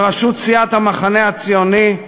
בראשות סיעת המחנה הציוני,